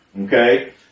okay